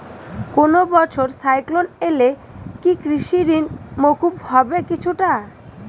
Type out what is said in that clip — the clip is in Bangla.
কোনো বছর সাইক্লোন এলে কি কৃষি ঋণ মকুব হবে কিছুটা?